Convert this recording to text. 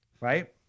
right